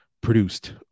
produced